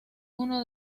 uno